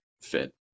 fit